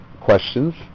questions